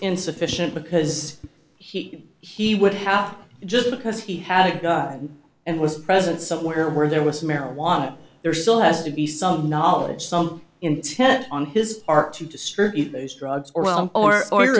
insufficient because he he would have just because he had a god and was present somewhere where there was marijuana there still has to be some knowledge some intent on his part to distribute those drugs or well or or